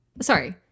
sorry